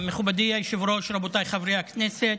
מכובדי היושב-ראש, רבותיי חברי הכנסת,